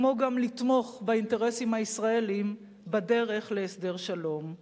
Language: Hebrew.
כמו גם לתמוך באינטרסים הישראליים בדרך להסדר שלום,